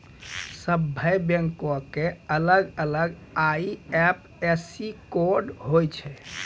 सभ्भे बैंको के अलग अलग आई.एफ.एस.सी कोड होय छै